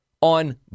on